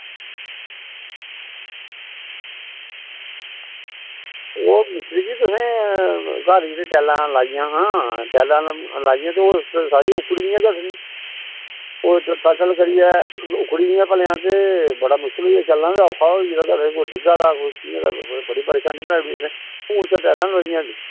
ओह् मिस्त्री जी तुसें घर जेहड़ी टाइलां लाइयां हियां टाइलां लाइयां ओह् उक्खड़ी गेइया ओह् टल टल करियै उक्खड़ गेइयां भलेआं ते बड़ा मुश्कल होआ चलना ते औखा होई गेदा कोई डिग्गा दा कोई कियां कोई कियां बड़ी परेशानी बनाई ओड़ी तुसें हून ते टाइलां लुआइयां हली